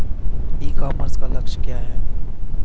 ई commerce का लक्ष्य क्या है?